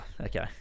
Okay